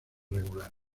regular